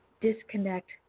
disconnect